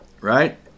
right